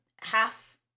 Half